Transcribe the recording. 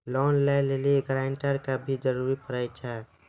Loan लै लेली guarantor के भी जरूरी पड़ै छै?